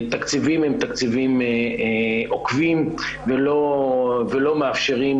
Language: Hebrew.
התקציבים הם תקציבים עוקבים ולא מאפשרים